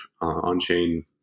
on-chain